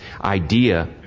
idea